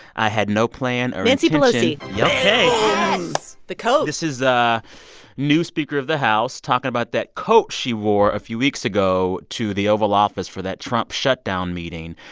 i had no plan or intention. nancy pelosi ok yes the coat this is a new speaker of the house talking about that coat she wore a few weeks ago to the oval office for that trump shutdown meeting.